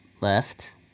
left